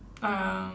um